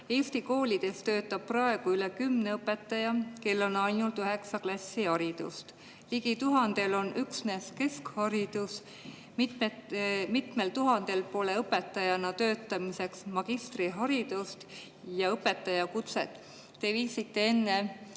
Eesti koolides töötab praegu üle kümne õpetaja, kellel on ainult üheksa klassi haridust, ligi tuhandel on üksnes keskharidus, mitmel tuhandel pole õpetajana töötamiseks magistriharidust ja õpetajakutset. Te viisite enne